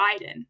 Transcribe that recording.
Biden